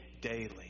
daily